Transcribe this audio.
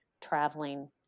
traveling